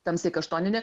tamsiai kaštoninė